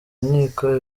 nkiko